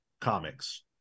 comics